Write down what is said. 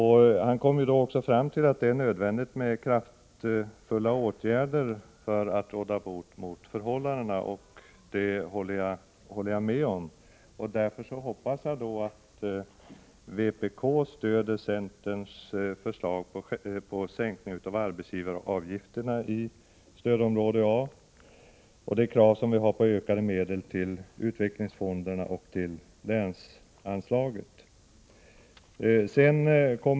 Han kom också fram till att det är nödvändigt med kraftfulla åtgärder för att råda bot på förhållandena, och det håller jag med om. Därför hoppas jag att vpk stöder centerns förslag till sänkning av arbetsgivaravgifterna i stödområde A och de krav som vi har på ökade medel till utvecklingsfonderna och till länsanslaget.